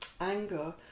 anger